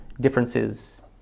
differences